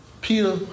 Peter